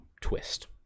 twist